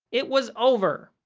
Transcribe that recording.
it was over.